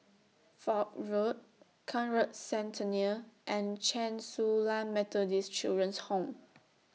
Foch Road Conrad Centennial and Chen Su Lan Methodist Children's Home